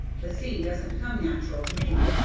the sea doesn't come natural to me,